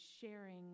sharing